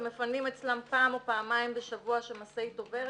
ומפנים אצלן פעם או פעמיים בשבוע כאשר משאית עוברת,